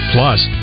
Plus